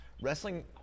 Wrestling